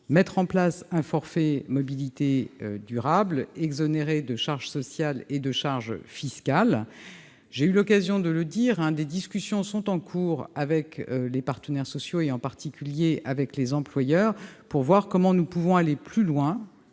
mettre en place un forfait mobilités durables exonéré de charges sociales et de charges fiscales. J'ai eu l'occasion de le dire, des discussions sont en cours avec les partenaires sociaux, et en particulier avec les employeurs, pour voir comment nous pouvons aller plus loin-